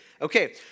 Okay